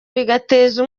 bigateza